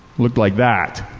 looked like that.